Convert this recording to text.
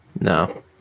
No